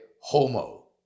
homo